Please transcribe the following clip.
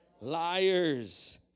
Liars